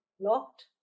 locked